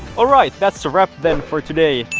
alright, that's a wrap then for today!